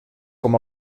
com